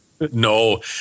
No